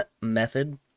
method